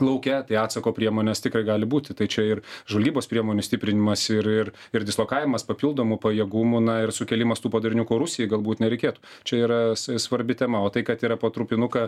lauke tai atsako priemonės tikrai gali būti tai čia ir žvalgybos priemonių stiprinimas ir ir ir dislokavimas papildomų pajėgumų na ir sukėlimas tų padarinių ko rusijai galbūt nereikėtų čia yra sva svarbi tema o tai kad yra po trupinuką